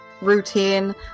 routine